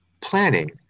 planning